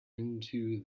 into